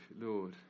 Lord